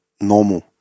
normal